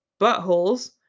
buttholes